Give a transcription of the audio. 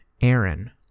Aaron